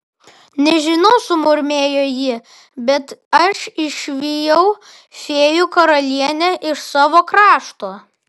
nežinau sumurmėjo ji bet aš išvijau fėjų karalienę iš savo krašto